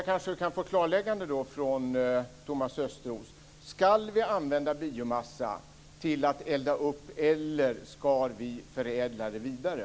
Kanske kunde jag få ett klarläggande från Thomas Östros. Skall biomassa alltså användas till uppeldning eller skall den förädlas vidare?